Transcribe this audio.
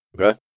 Okay